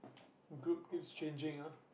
group keeps changing ah